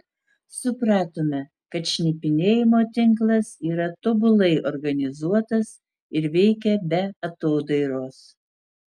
supratome kad šnipinėjimo tinklas yra tobulai organizuotas ir veikia be atodairos